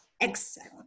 Excellent